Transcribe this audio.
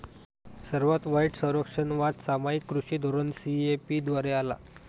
सर्वात वाईट संरक्षणवाद सामायिक कृषी धोरण सी.ए.पी द्वारे आला